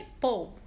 bulb